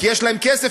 כי יש להם כסף,